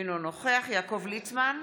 אינו נוכח יעקב ליצמן,